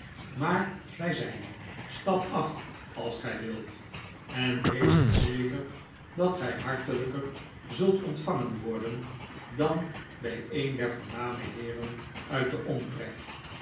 maar wij zijn er stap af als gij wilt en weest verzekerd dat gij hartelijker zult ontvangen worden dan bij een der voorname heeren uit den omtrek